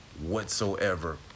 whatsoever